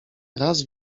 raz